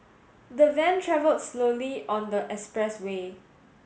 the van travelled slowly on the expressway